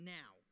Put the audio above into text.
now